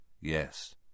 Yes